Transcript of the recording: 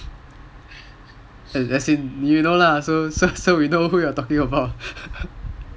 as in you know lah so we know who you're talking about